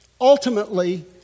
ultimately